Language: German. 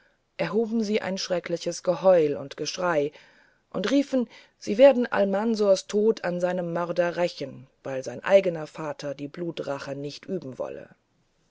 erhoben sie ein schreckliches geheul und geschrei und riefen sie werden almansors tod an seinem mörder rächen weil sein eigener vater die blutrache nicht üben wolle